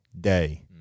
day